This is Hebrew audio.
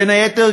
בין היתר,